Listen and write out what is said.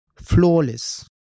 flawless